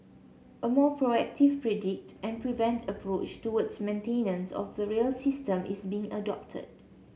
a more proactive predict and prevent approach towards maintenance of the rail system is being adopted